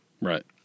Right